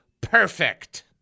perfect